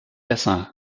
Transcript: besser